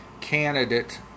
candidate